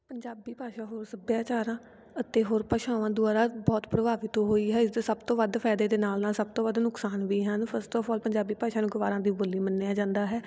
ਪੰਜਾਬੀ ਭਾਸ਼ਾ ਹੋਰ ਸੱਭਿਆਚਾਰਾਂ ਅਤੇ ਹੋਰ ਭਾਸ਼ਾਵਾਂ ਦੁਆਰਾ ਬਹੁਤ ਪ੍ਰਭਾਵਿਤ ਹੋਈ ਹੈ ਇਸਦੇ ਸਭ ਤੋਂ ਵੱਧ ਫਾਇਦੇ ਦੇ ਨਾਲ ਨਾਲ ਸਭ ਤੋਂ ਵੱਧ ਨੁਕਸਾਨ ਵੀ ਹਨ ਫਸਟ ਔਫ ਔਲ ਪੰਜਾਬੀ ਭਾਸ਼ਾ ਨੂੰ ਗਵਾਰਾਂ ਦੀ ਬੋਲੀ ਮੰਨਿਆ ਜਾਂਦਾ ਹੈ